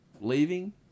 leaving